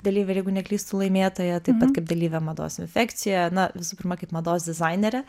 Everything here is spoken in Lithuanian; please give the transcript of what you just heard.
dalyvę ir jeigu neklystu laimėtoją taip pat kaip dalyvė mados infekcijoje na visų pirma kaip mados dizainerę